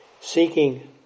Seeking